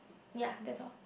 ya that's all